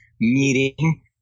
meeting